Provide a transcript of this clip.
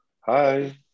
hi